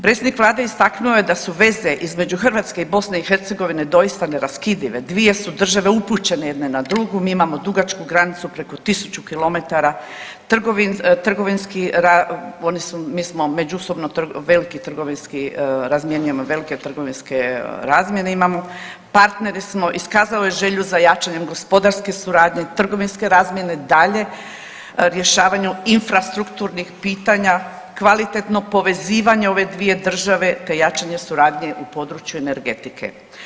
Predsjednik Vlade istaknuo je da su veze između Hrvatske i BiH doista neraskidive, dvije su države upućene jedna na drugu, mi imamo dugačku granicu, preko 1000 km, trgovinski .../nerazumljivo/... oni su, mi smo, međusobno veliki trgovinski, razmjenjujemo velike trgovinske razmjene imamo, partneri smo, iskazao je želju za jačanjem gospodarske suradnje, trgovinske razmjene daljnje, rješavanju infrastrukturnih pitanja, kvalitetno povezivanja ove dvije države te jačanje suradnje u području energetike.